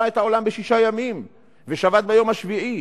את העולם בשישה ימים ושבת ביום השביעי,